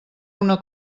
una